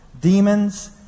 demons